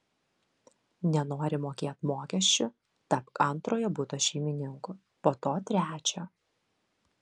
nenori mokėt mokesčių tapk antrojo buto šeimininku po to trečio